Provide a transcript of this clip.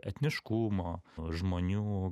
etniškumo žmonių